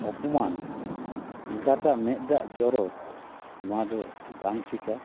ᱚᱯᱚᱢᱟᱱ ᱮᱸᱜᱟᱛᱟᱜ ᱢᱮᱫᱟᱜ ᱡᱚᱨᱚ ᱱᱚᱣᱟ ᱫᱚ ᱵᱟᱝ ᱴᱷᱤᱠᱟ